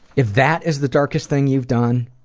if that is the darkest thing you've done,